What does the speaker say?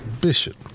Bishop